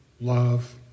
love